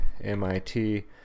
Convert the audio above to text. MIT